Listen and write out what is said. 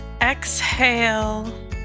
exhale